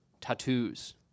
tattoos